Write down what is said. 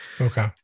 Okay